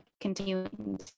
continuing